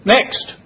Next